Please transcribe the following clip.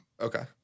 Okay